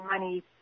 money